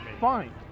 Fine